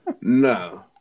no